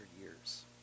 years